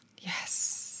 Yes